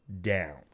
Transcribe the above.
down